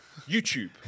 YouTube